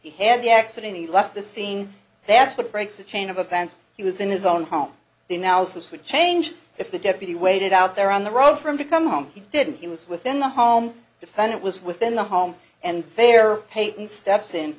he had the accident he left the scene that's what breaks the chain of events he was in his own home the analysis would change if the deputy waited out there on the road for him to come home he didn't he was within the home defendant was within the home and there payton steps in